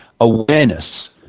awareness